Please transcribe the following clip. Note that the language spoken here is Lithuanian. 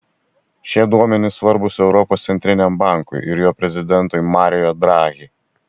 šie duomenys svarbūs europos centriniam bankui ir jo prezidentui mario draghi